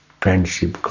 friendship